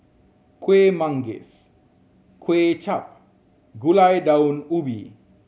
Kuih Manggis Kway Chap Gulai Daun Ubi